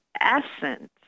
essence